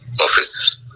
office